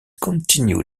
continue